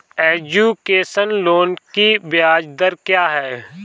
Education loan की ब्याज दर क्या है?